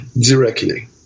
directly